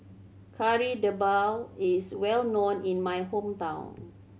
Kari Debal is well known in my hometown